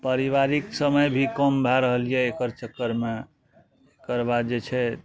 परिवारिक समय भी कम भए रहल यऽ एकर चक्करमे एकरबाद जे छै